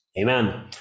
amen